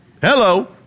Hello